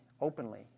openly